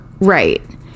right